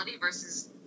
versus